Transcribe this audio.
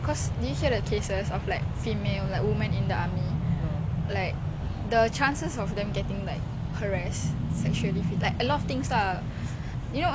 I mean like that's like the ones that speak out some of them get silent like don't tell but if you go then I wish you all the best hopefully